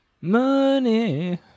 money